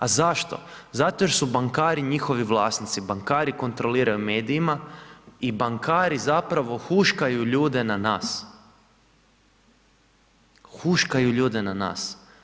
A zašto, zato jer su bankari njihovi vlasnici, bankari kontroliraju medijima i bankari zapravo huškaju ljude na nas, huškaju ljude na nas.